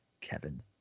Kevin